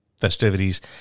festivities